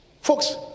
Folks